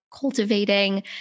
cultivating